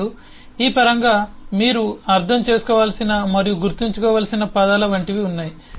ఇప్పుడు ఈ పరంగా మీరు అర్థం చేసుకోవలసిన మరియు గుర్తుంచుకోవలసిన పదాల వంటివి ఉన్నాయి